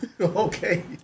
Okay